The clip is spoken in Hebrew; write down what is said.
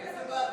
איזו ועדה?